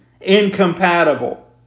incompatible